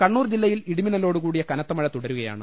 കണ്ണൂർ ജില്ലയിൽ ഇടിമിന്നലോടുകൂടിയ കനത്ത മഴ തുടരു കയാണ്